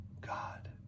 God